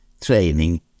training